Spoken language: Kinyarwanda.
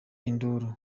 induru